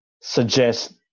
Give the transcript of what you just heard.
suggest